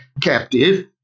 captive